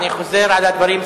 אני חוזר על הדברים.